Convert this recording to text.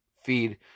feed